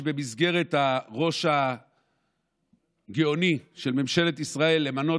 במסגרת הראש הגאוני של ממשלת ישראל למנות